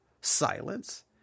silence